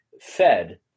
fed